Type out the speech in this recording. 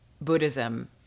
Buddhism